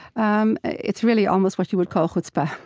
um it's really almost what you would call chutzpah.